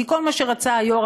כי כל מה שרצה היו"ר,